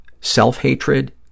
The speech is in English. self-hatred